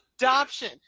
Adoption